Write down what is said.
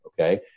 Okay